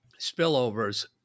spillovers